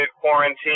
quarantine